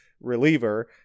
reliever